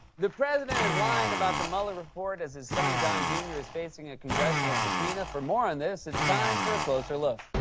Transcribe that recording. the president is lying about the mueller report as his son, don jr, is facing a congressional subpoena. for more on this, it's time for a closer look.